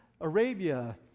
Arabia